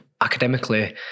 academically